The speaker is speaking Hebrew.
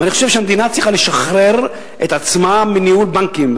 ואני חושב שהמדינה צריכה לשחרר את עצמה מניהול בנקים.